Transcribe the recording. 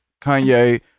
Kanye